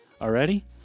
already